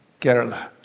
Kerala